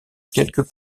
quelques